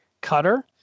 cutter